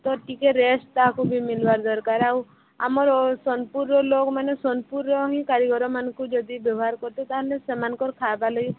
ତ ଟିକେ ରେଷ୍ଟ୍ ତାଙ୍କୁ ବି ମିଳିବାର ଦରକାର ଆଉ ଆମର ସୋନପୁର ର ଲୋଗ୍ମାନେ ସୋନପୁରର ହିଁ କାରିଗର୍ମାନକୁ ଯଦି ବ୍ୟବହାର କରିବେ ତାହେଲେ ସେମାନକର ଖାଇବାର୍ ଲାଗି